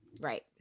right